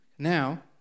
Now